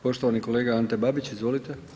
Poštovani kolega Ante Babić, izvolite.